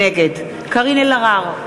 נגד קארין אלהרר,